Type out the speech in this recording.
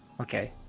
Okay